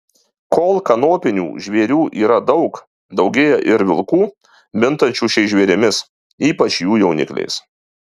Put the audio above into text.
kol kanopinių žvėrių yra daug daugėja ir vilkų mintančių šiais žvėrimis ypač jų jaunikliais